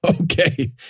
Okay